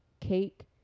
Cake